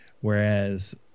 whereas